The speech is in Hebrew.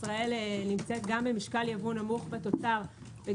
ישראל נמצאת גם במשקל ייבוא בתוצר יחסית